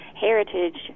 heritage